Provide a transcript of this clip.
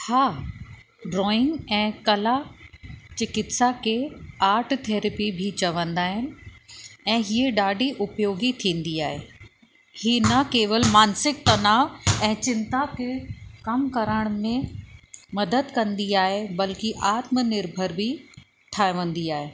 हा ड्रॉइंग ऐं कला चिकित्सा के आर्ट थेरपी बि चवंदा आहिनि ऐं हीअ ॾाढी उपयोगी थींदी आहे हीउ न केवल मानसिक तनाव ऐं चिंता के कम करण में मदद कंदी आहे बल्कि आत्मनिर्भर बि ठहंदी आहे